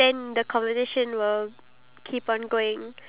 then I would consider that a very impressive thing